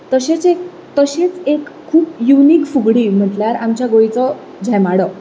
तशेंच एक तशीच एक खूब युनीक फुगडी म्हणटल्यार आमच्या गोंयचो झेमाडो